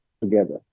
together